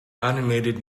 animated